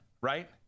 right